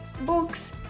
books